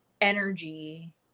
energy